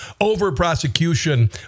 over-prosecution